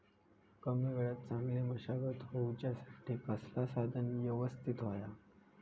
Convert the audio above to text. कमी वेळात चांगली मशागत होऊच्यासाठी कसला साधन यवस्तित होया?